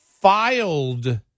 filed